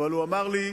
אבל הוא אמר לי,